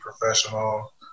professional